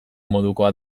modukoa